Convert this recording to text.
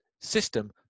system